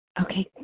Okay